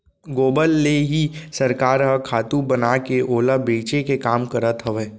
गोबर ले ही सरकार ह खातू बनाके ओला बेचे के काम करत हवय